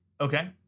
Okay